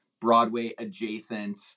Broadway-adjacent